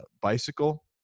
bicycle